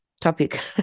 topic